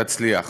תצליח.